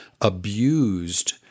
abused